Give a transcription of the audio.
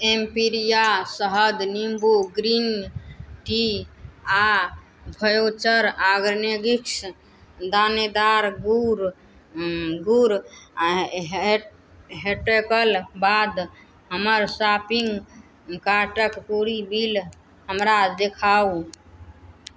Empiria शहद नीम्बू green tea आओर फ्यूचर ऑरगेनिक्स दानेदार गुड़ गुड़ ह ह हटेकल बाद हमर शॉपिन्ग कार्टके पूरी बिल हमरा देखाउ